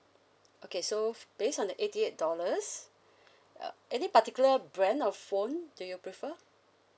okay so based on the eighty eight dollars uh any particular brand of phone do you prefer